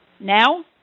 Now